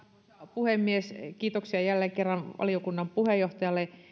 puhemies kiitoksia jälleen kerran valiokunnan puheenjohtajalle